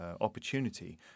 opportunity